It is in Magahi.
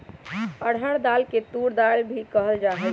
अरहर दाल के तूर दाल भी कहल जाहई